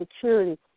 Security